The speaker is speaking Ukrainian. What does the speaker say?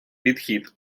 підхід